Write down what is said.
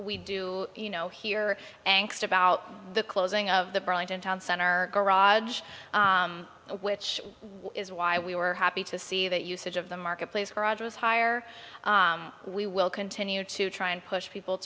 we do you know hear about the closing of the burlington town center garage which is why we were happy to see that usage of the marketplace garages higher we will continue to try and push people